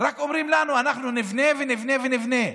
רק אומרים לנו: אנחנו נבנה ונבנה ונבנה.